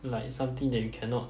like something that you cannot